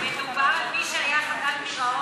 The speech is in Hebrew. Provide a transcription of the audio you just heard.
לא, מדובר על מי שהיה חדל פירעון.